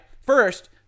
First